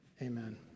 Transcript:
amen